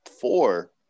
four